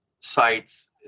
sites